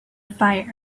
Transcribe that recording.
fire